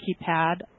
keypad